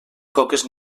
coques